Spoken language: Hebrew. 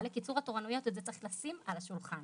לקיצור התורנויות ואת זה צריך לשים על השולחן.